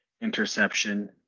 interception